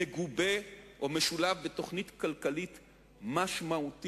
מגובה או משולב בתוכנית כלכלית משמעותית,